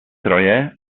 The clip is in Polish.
troje